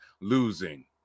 losing